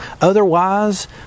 Otherwise